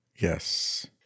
Yes